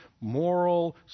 moral